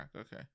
Okay